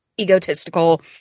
egotistical